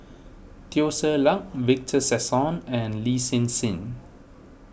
Teo Ser Luck Victor Sassoon and Lin Hsin Hsin